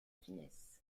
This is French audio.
finesse